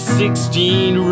sixteen